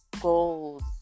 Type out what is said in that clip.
goals